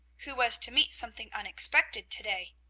who was to meet something unexpected to-day.